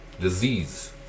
disease